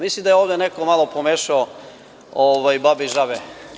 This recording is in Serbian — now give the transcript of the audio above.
Mislim da je ovde neko malo pomešao babe i žabe.